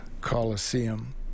coliseum